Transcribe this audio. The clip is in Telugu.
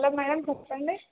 హలో మ్యాడమ్ చెప్పండి